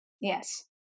Yes